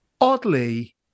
oddly